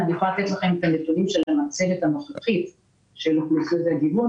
אני יכולה לתת לכם את הנתונים של המצגת הנוכחית של אוכלוסיות הגיוון,